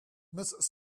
mrs